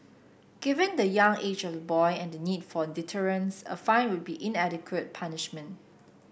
given the young age of the boy and the need for deterrence a fine would be an inadequate punishment